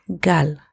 gal